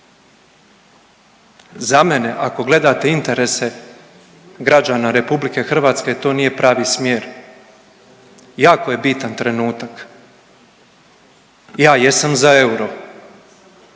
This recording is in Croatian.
Za mene ako gledate interese građana RH to nije pravi smjer, jako je bitan trenutak, ja jesam za euro.